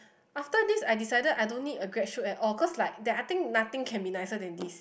after this I decided I don't need a grad shoot at all cause like that I think nothing can be nicer than this